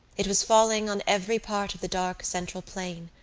it was falling on every part of the dark central plain,